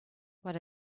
what